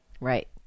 Right